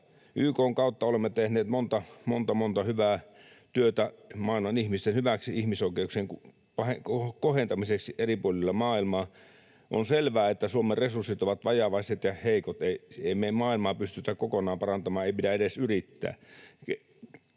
YK:n kautta olemme tehneet monta, monta, monta hyvää työtä maailman ihmisten hyväksi, ihmisoikeuksien kohentamiseksi eri puolilla maailmaa. On selvää, että Suomen resurssit ovat vajavaiset ja heikot. Ei me maailmaa pystytä kokonaan parantamaan, ei pidä edes yrittää.